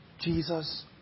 Jesus